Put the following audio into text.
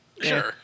Sure